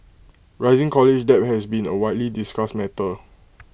rising college debt has been A widely discussed matter